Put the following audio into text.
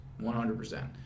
100%